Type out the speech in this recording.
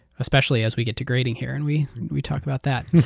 especially as we get to grading here and we we talked about that.